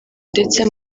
ndetse